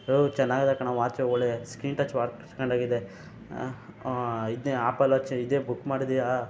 low ಚೆನ್ನಾಗದೆ ಕಣೊ watch ಒಳೇ ಸ್ಕ್ರೀನ್ ಟಚ್ ವಾಚ್ ಕಂಡಗೆ ಇದೆ ಇದನ್ನೆ ಆ್ಯಪಲ್ ವಾಚ್ ಇದೆ ಬುಕ್ ಮಾಡಿದ್ಯಾ